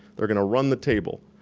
they're gonna run the table.